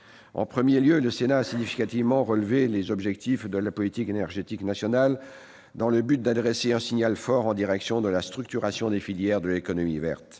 En premier lieu, le Sénat a notablement relevé les objectifs de la politique énergétique nationale, afin d'adresser un signal fort en direction de la structuration des filières de l'économie verte.